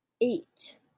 eight